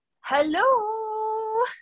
hello